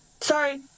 sorry